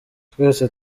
twese